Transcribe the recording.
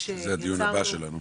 יש --- זה הדיון הבא שלנו.